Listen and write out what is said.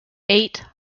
eight